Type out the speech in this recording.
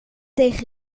tegen